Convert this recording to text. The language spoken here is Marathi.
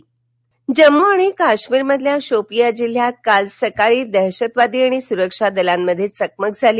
दहशतवादी जम्मू आणि काश्मिर मधील शोपियॉ जिल्ह्यात काल सकाळी दहशतवादी आणि सुरक्षादलांमध्ये चकमक झाली